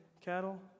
cattle